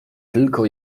tylko